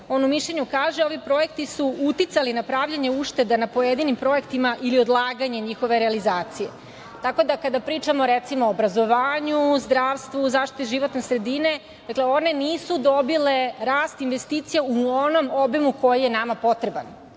On u mišljenju kaže – ovi projekti su uticali na pravljenje uštede na pojedinim projektima ili odlaganje njihove realizacije. Tako da, kada pričamo, recimo o obrazovanju, zdravstvu, zaštiti životne sredine, one nisu dobile rast investicija u onom obimu koji je nama potreban,